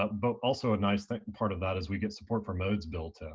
um but also a nice part of that is we get support for modes built in.